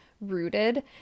rooted